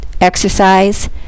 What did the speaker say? exercise